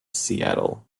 seattle